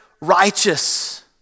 righteous